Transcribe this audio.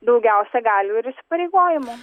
daugiausia galių ir įsipareigojimų